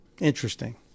Interesting